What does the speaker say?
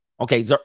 Okay